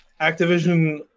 Activision